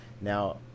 Now